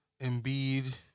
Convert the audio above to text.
Embiid